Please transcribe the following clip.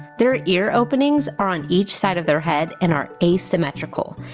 their ear openings are on each side of their head and are asymmetrical,